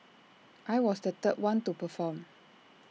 I was the third one to perform